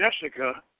Jessica